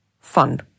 fun